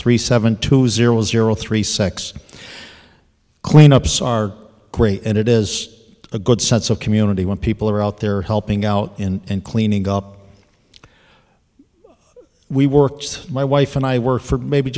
three seven two zero zero three six clean ups are great and it is a good sense of community when people are out there helping out in and cleaning up we worked my wife and i were maybe